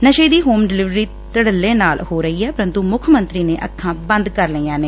ਨਸ਼ੇ ਦੀ home delivery ਧੜੱਲੇ ਨਾਲ ਹੋ ਰਹੀ ਹੈ ਪਰੰਤੁ ਮੁੱਖ ਮੰਤਰੀ ਨੇ ਅੱਖਾਂ ਬੰਦ ਕਰ ਰੱਖੀਆਂ ਨੇ